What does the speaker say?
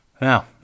Now